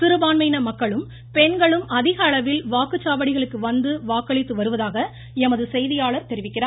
சிறுபான்மையின மக்களும் பெண்களும் அதிக அளவில் வாக்குச்சாவடிகளுக்கு வந்து வாக்களித்து வருவதாக எமது செய்தியாளர் தெரிவிக்கிறார்